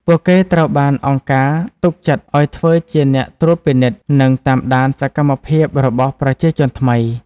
ពួកគេត្រូវបានអង្គការទុកចិត្តឱ្យធ្វើជាអ្នកត្រួតពិនិត្យ និងតាមដានសកម្មភាពរបស់ប្រជាជនថ្មី។